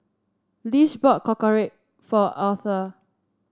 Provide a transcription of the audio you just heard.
Lish bought Korokke for Aurthur